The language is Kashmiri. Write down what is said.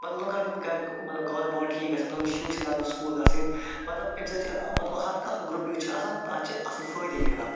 پتہٕ لوٗکَن چھِنہٕ گَھریٛک کارٕ بار ٹھیٖک گژھان تہنٛدۍ شُرۍ چھِ لاگان سُکوٗل گَژھٕنۍ مطلب اَمہِ سۭتۍ چھِ مطلب ہر کانٛہہ گروٚپ یُس چھُ آسان تَتھ چھُ اصٕل فٲیِدٕ میلان